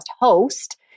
host